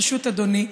ברשות אדוני,